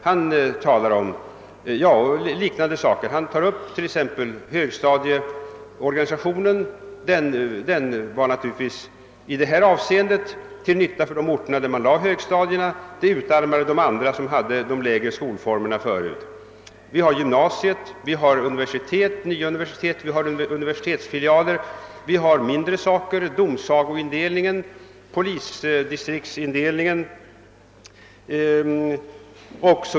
Han talar om t.ex. högstadieorganisationen. Denna var naturligtvis till nytta för de orter där man lade högstadierna, men den utarmade de andra som tidigare hade de lägre skolformerna. Vi har gymnasiet, nya universitet, universitetsfilialer; vidare har vi domsagoindelningen, polisdistriktsindelningen etc.